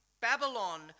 Babylon